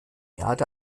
erde